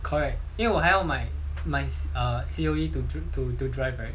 correct 因为我还要买买 C_O_E to drink to drive right